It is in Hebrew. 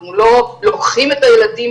אנחנו לא לוקחים את הילדים